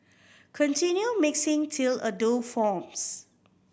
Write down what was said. continue mixing till a dough forms